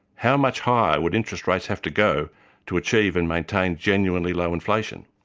how much higher would interest rates have to go to achieve and maintain genuinely low inflation?